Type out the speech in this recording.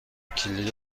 کلید